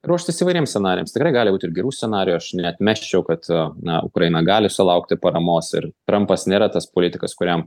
ruoštis įvairiems scenarijams tikrai gali būti ir gerų scenarijų aš neatmesčiau kad na ukraina gali sulaukti paramos ir trampas nėra tas politikas kuriam